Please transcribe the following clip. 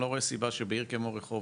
אני לא רואה סיבה שבעיר כמו רחובות,